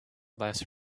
less